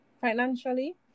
financially